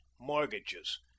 mortgages